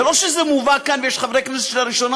זה לא שזה מובא לכאן ויש חברי כנסת שלראשונה